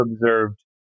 observed